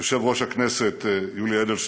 יושב-ראש הכנסת יולי אדלשטיין,